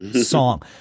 song